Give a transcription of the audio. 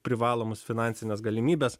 privalomus finansines galimybes